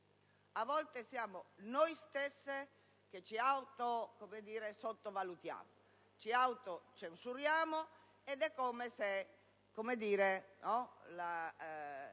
A volte siamo noi stesse che ci autosottovalutiamo e ci autocensuriamo, ed è come se i